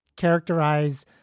Characterize